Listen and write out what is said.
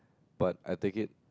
but I take it